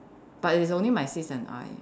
but it's only my sis and I